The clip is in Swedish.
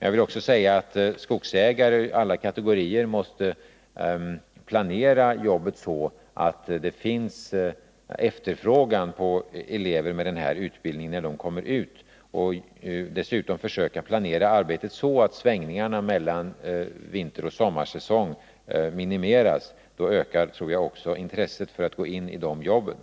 Jag vill också säga att skogsägare av alla kategorier måste planera jobbet så, att det finns efterfrågan på elever med denna utbildning när dessa kommer ut och dessutom försöka planera arbetet så, att svängningarna mellan vinteroch sommarsäsong minimeras. Då ökar, tror jag, också intresset för att gå in i de jobben.